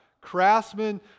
Craftsmen